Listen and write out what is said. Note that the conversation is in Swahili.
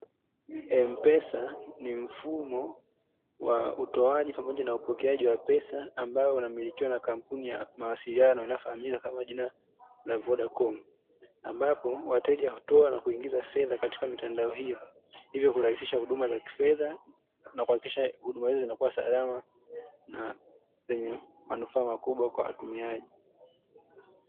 M-pesa ni mfumo wa utoaji pamoja na upokeaji wa pesa, ambao unamilikiwa na kampuni ya mawasiliano inayofahamika kama jina la "Vodacom", ambapo wateja hutoa na kuingiza fedha katika mitandao hiyo, hivyo kurahisisha huduma za kifedha na kuhakikisha huduma hizo zinakuwa salama na zenye manufaa makubwa kwa watumiaji.